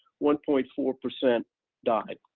one point four percent died.